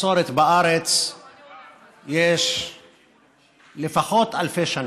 בצורת בארץ יש לפחות אלפי שנים.